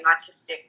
autistic